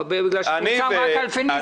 מפני שדיברת רק על פניציה.